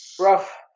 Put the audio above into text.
Rough